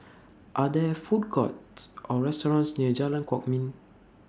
Are There Food Courts Or restaurants near Jalan Kwok Min